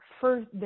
first